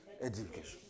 Education